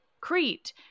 Crete